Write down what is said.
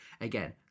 Again